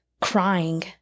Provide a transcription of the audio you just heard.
crying